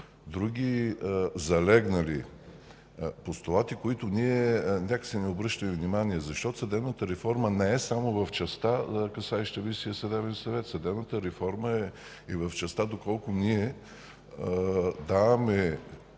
други залегнали постулати, на които ние някак си не обръщаме внимание, защото съдебната реформа не е само в частта, касаеща Висшия съдебен съвет. Съдебната реформа и в частта доколко ние си даваме